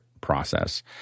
process